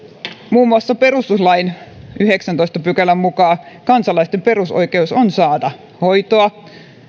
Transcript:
muun muassa perustuslain yhdeksännentoista pykälän mukaan kansalaisten perusoikeus on saada hoitoa